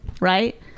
Right